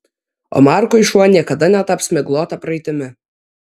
o markui šuo niekada netaps miglota praeitimi